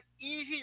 easy